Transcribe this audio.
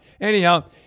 anyhow